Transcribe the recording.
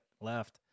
Left